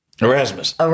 Erasmus